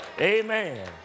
Amen